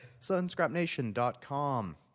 sunscrapnation.com